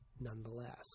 nonetheless